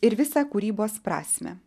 ir visą kūrybos prasmę